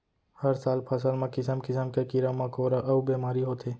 हर साल फसल म किसम किसम के कीरा मकोरा अउ बेमारी होथे